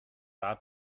war